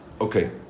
okay